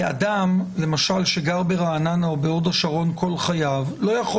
אדם שגר ברעננה או בהוד השרון כל חייו לא יכול